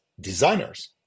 designers